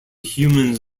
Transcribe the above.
humans